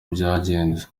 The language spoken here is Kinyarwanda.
byagenze